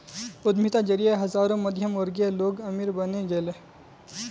उद्यमिता जरिए हजारों मध्यमवर्गीय लोग अमीर बने गेले